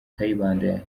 kayibanda